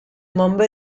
mumble